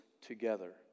together